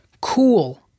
cool